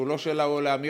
שהוא לא שאלה או אמירה,